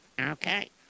Okay